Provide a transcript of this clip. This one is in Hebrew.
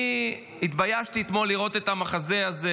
אני התביישתי אתמול לראות את המחזה הזה,